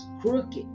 crooked